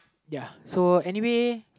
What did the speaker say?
ya so anyway